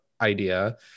idea